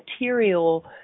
material